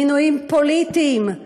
מינויים פוליטיים.